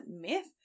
myth